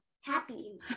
Happy